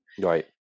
Right